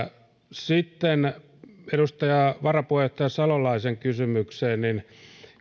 sitten edustaja varapuheenjohtaja salolaisen kysymykseen